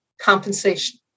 compensation